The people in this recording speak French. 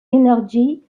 energy